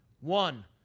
one